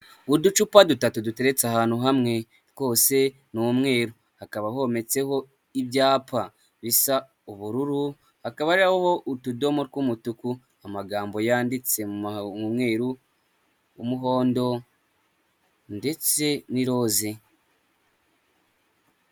Uducupa dutatu duteretse ahantu hamwe twose ni umweru hakaba hometseho ibyapa bisa ubururu, hakaba hariho utudomo tw'umutuku, amagambo yanditse mu mweru, umuhondo, ndetse n'iroze.